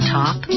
top